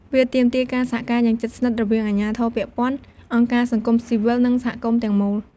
វាទាមទារការសហការយ៉ាងជិតស្និទ្ធ រវាងអាជ្ញាធរពាក់ព័ន្ធ អង្គការសង្គមស៊ីវិល និងសហគមន៍ទាំងមូល។